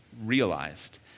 realized